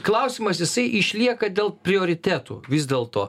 klausimas jisai išlieka dėl prioritetų vis dėlto